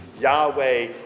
Yahweh